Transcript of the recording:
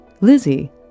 Lizzie